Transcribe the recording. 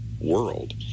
world